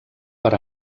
per